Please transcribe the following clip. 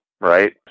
right